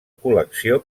col·lecció